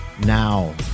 now